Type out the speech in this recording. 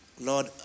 Lord